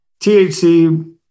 THC